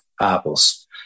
apples